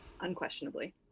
Unquestionably